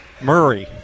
Murray